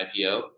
IPO